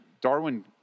Darwin